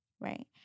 right